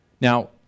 Now